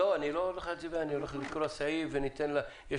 ורוצים להצביע על זה כל כך מהר.